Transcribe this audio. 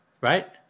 right